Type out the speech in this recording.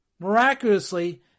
miraculously